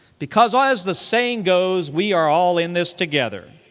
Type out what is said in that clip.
because as the saying goes, we are all in this together.